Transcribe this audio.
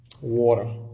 water